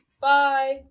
bye